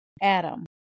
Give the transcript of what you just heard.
Adam